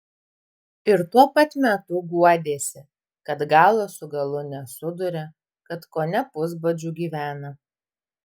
ir tuo pat metu guodėsi kad galo su galu nesuduria kad kone pusbadžiu gyvena